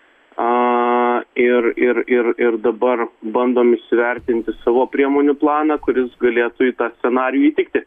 a ir ir ir ir dabar bandom įsivertinti savo priemonių planą kuris galėtų į tą scenarijų įtikti